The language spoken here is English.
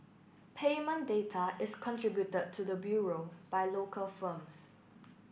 payment data is contributed to the Bureau by local firms